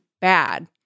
bad